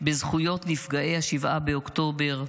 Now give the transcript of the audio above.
בזכויות נפגעי 7 באוקטובר,